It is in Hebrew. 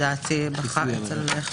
בדרך כלל אנחנו מגדירים פה שאנחנו מוכנים